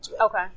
Okay